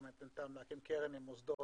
כלומר להקים קרן עם מוסדות,